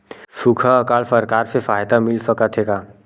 सुखा अकाल सरकार से सहायता मिल सकथे का?